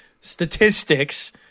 statistics